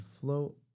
float